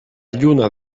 lluna